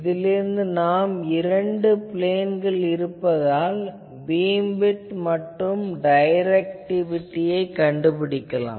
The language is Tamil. இதிலிருந்து நாம் இரண்டு பிளேன்கள் இருப்பதால் பீம்விட்த் மற்றும் டைரக்டிவிட்டியைக் கண்டுபிடிக்கலாம்